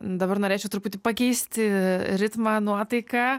dabar norėčiau truputį pakeisti ritmą nuotaiką